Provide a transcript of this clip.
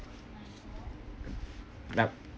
yup